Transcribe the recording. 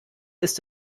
ist